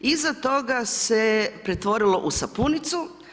Iza toga se je pretvorilo u sapunicu.